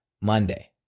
Monday